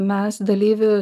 mes dalyvius